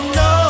no